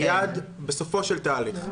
היעד בסופו של תהליך?